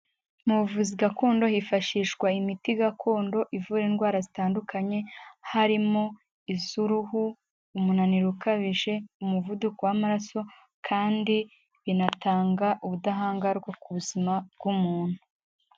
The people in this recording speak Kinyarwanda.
Mu buvuzi gakondo hifashishwa imiti gakondo ivura indwara zitandukanye, harimo iz'uruhu, umunaniro ukabije, umuvuduko w'amaraso. Kandi binatanga ubudahangarwa ku buzima bw'umuntu.